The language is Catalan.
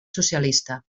socialista